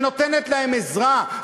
שנותנת להם עזרה,